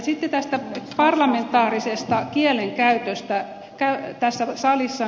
sitten tästä parlamentaarisesta kielenkäytöstä tässä salissa